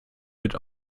wird